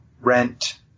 rent